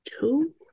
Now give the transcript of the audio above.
two